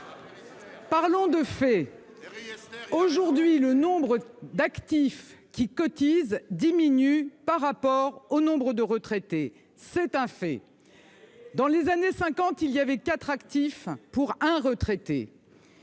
Franck Riester ? Aujourd'hui, le nombre d'actifs qui cotisent diminue par rapport au nombre de retraités : c'est un fait. Dans les années 1950, il y avait quatre actifs pour un retraité.